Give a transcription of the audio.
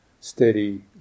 steady